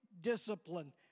discipline